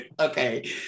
Okay